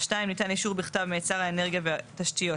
ניתן אישור בכתב מאת שר האנרגיה והתשתיות,